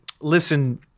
listen